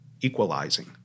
equalizing